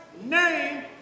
name